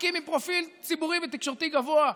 תיקים עם פרופיל ציבורי ותקשורתי גבוה,